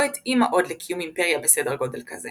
התאימה עוד לקיום אימפריה בסדר גודל כזה.